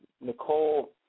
Nicole